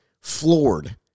floored